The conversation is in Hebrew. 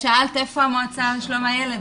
המועצה לגיל הרך.